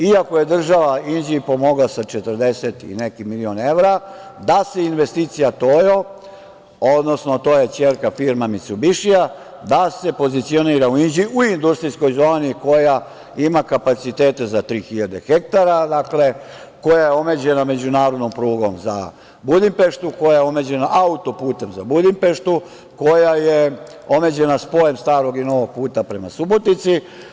Iako je država Inđiji pomogla sa 40 i neki milion evra da se investicija "Tojo" odnosno to je ćerka firme "Micubišija", da se pozicionira u industrijskoj zoni koja ima kapacitete za tri hiljade hektara, koja je omeđena međunarodnom prugom za Budimpeštu, koja je omeđena autoputem za Budimpeštu, koja je omeđena spojem starog i novog puta prema Subotici.